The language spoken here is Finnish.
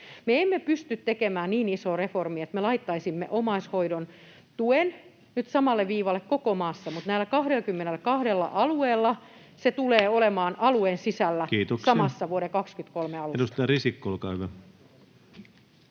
Me emme pysty tekemään niin isoa reformia, että me laittaisimme omaishoidon tuen nyt samalle viivalle koko maassa, mutta näillä 22 alueella se tulee olemaan alueen sisällä samalla tasolla